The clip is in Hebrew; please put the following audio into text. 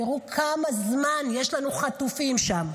תראו כמה זמן יש לנו חטופים שם.